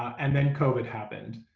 and then covid happened.